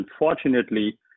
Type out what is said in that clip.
unfortunately